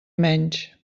menys